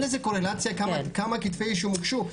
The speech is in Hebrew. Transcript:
אין לזה קורלציה כמה כתבי אישום הוגשו.